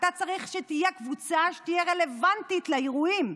אתה צריך שתהיה קבוצה שתהיה רלוונטית לאירועים.